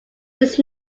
his